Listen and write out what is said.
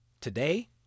Today